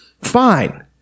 fine